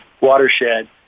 watershed